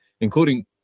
including